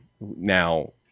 now